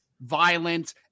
violent